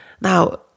Now